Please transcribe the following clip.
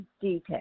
details